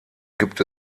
gibt